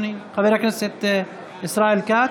חבר הכנסת ישראל כץ?